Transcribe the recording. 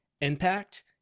impact